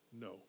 no